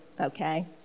okay